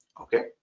Okay